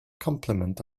complement